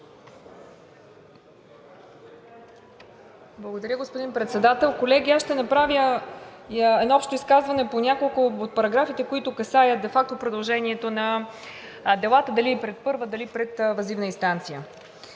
Благодаря, господин Председател. Колеги, аз ще направя едно общо изказване по няколко от параграфите, които касаят де факто продължението на делата – дали пред първа, дали пред въззивна инстанция.